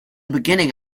beginning